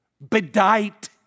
bedight